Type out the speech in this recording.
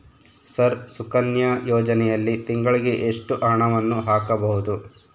Sir Sukanya ಯೋಜನೆಯಲ್ಲಿ ತಿಂಗಳಿಗೆ ಎಷ್ಟು ಹಣವನ್ನು ಹಾಕಬಹುದು?